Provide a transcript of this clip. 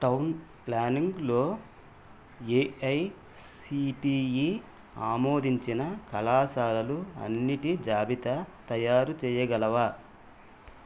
town ప్లానింగ్లో AICTE ఆమోదించిన కళాశాలలు అన్నిటి జాబితా తయారుచేయగలవా